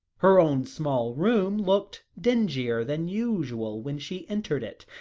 her own small room looked dingier than usual when she entered it,